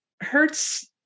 hurts